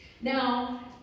Now